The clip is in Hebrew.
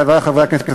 חברי חברי הכנסת,